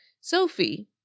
Sophie